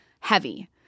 Heavy